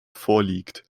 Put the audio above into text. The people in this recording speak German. vorliegt